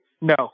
No